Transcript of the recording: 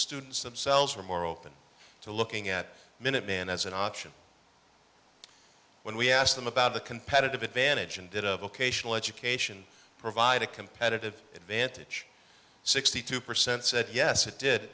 students themselves were more open to looking at minute man as an option when we asked them about the competitive advantage and did of occasional education provide a competitive advantage sixty two percent said yes it did